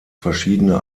verschiedene